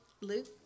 Luke